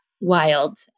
wild